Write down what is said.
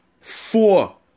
four